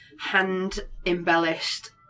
hand-embellished